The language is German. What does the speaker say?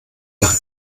nach